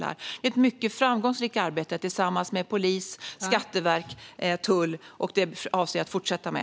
Det har varit ett mycket framgångsrikt arbete tillsammans med polis, skatteverk och tull, och det avser jag att fortsätta med.